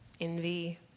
envy